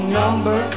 number